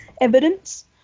evidence